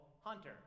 hunter